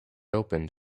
opened